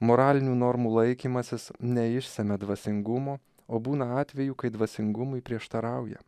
moralinių normų laikymasis neišsemia dvasingumo o būna atvejų kai dvasingumui prieštarauja